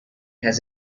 has